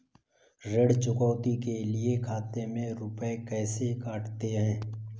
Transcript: ऋण चुकौती के लिए खाते से रुपये कैसे कटते हैं?